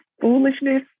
foolishness